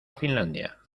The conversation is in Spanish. finlandia